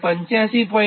58 93